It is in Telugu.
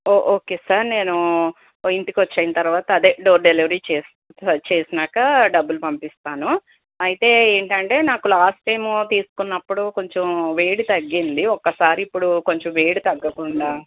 ఓకే సార్ నేను ఇంటికి వచ్చిన తర్వాత అదే డోర్ డెలివరీ చేసిన చేశాక డబ్బులు పంపిస్తాను అయితే ఏంటంటే నాకు లాస్ట్ టైం తీసుకున్నప్పుడు కొంచెం వేడి తగ్గింది ఒకసారి ఇప్పుడు కొంచెం వేడి తగ్గకుండా